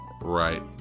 right